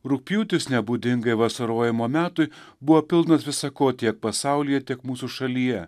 rugpjūtis nebūdingai vasarojimo metui buvo pilnas visa ko tiek pasaulyje tiek mūsų šalyje